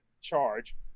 charge